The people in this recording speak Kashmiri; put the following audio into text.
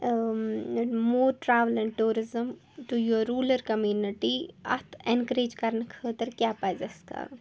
more travel and tourism to your rural community اَتھ ایٚنکَریج کَرنہٕ خٲطرٕ کیاہ پَزِ اسہِ کَرُن